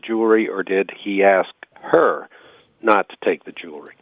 jewelry or did he ask her not to take the jewel